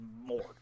more